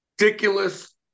ridiculous